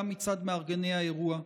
גם מצד מארגני האירוע.